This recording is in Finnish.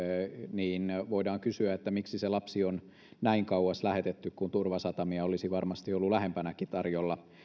niin voidaan kysyä miksi se lapsi on näin kauas lähetetty kun turvasatamia olisi varmasti ollut lähempänäkin tarjolla